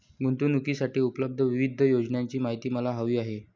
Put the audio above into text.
गुंतवणूकीसाठी उपलब्ध विविध योजनांची माहिती मला हवी आहे